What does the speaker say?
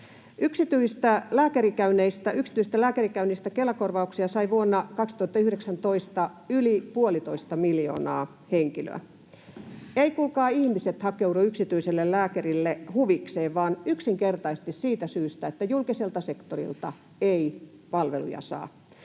Yksityisistä lääkärikäynneistä Kela-korvauksia sai vuonna 2019 yli 1,5 miljoonaa henkilöä. Eivät kuulkaa ihmiset hakeudu yksityiselle lääkärille huvikseen vaan yksinkertaisesti siitä syystä, että julkiselta sektorilta ei palveluja saa.